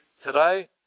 today